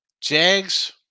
Jags